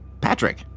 Patrick